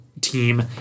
team